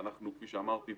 וכפי שאמרתי,